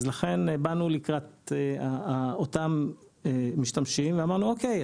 לכן באנו לקראת אותם משתמשים ואמרנו: אוקיי,